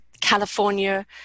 California